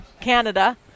Canada